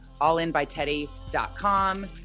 allinbyteddy.com